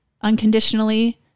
unconditionally